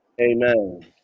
Amen